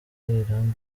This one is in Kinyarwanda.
irambona